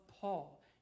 Paul